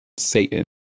Satan